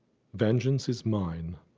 vengeance is mine.